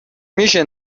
میشه